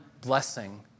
blessing